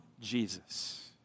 Jesus